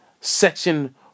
section